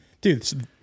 dude